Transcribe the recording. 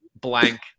Blank